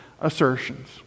assertions